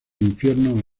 infierno